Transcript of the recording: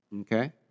Okay